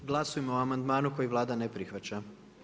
Glasujemo o amandmanu koji Vlada ne prihvaća.